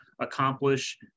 accomplish